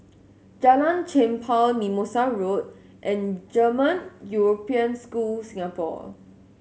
Jalan Chempah Mimosa Road and German European School Singapore